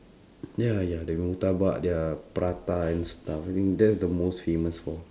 ya ya the murtabak their prata and stuff I think that's the most famous lor